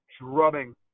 drubbing